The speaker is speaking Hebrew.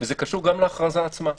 וזה קשור גם להכרזה עצמה.